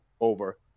over